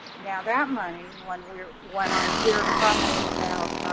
now that money when we are when i hear comments about